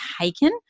taken